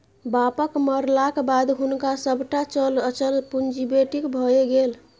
बापक मरलाक बाद हुनक सभटा चल अचल पुंजी बेटीक भए गेल